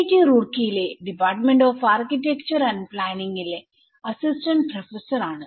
T Roorkee യിലെ department of architecture and planning ലെ assistant professor ആണ്